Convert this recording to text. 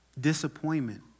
disappointment